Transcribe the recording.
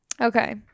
Okay